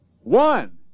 one